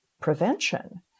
prevention